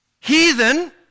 heathen